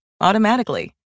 automatically